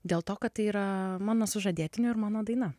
dėl to kad tai yra mano sužadėtinio ir mano daina